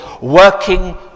working